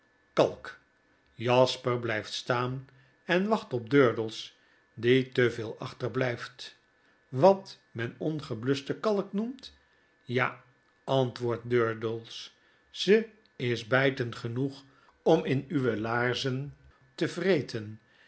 kalk jasper blijft staan en wacht op durdels die te veel achterblijft wat men ongebluschte kalk noemt b ja antwoordt durdels ze is bijtendgenoeg om in uwe laarzen te vreten